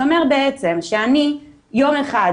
זה אומר בעצם שאני יום אחד,